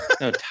No